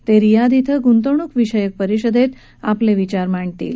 ते रियाध इथं गुंतवणूक विषयक परिषदेत आपले विचार मांडतील